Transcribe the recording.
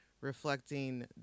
reflecting